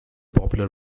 popular